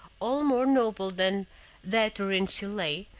all more noble than that wherein she lay,